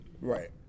Right